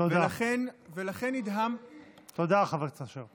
תודה, חבר הכנסת אשר.